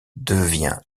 devient